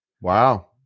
Wow